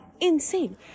insane